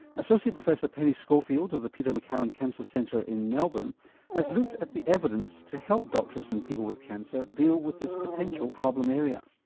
associate professor penny schofield, of the peter maccallum cancer centre in melbourne has looked at the evidence to help doctors and people with cancer deal with this potential problem area.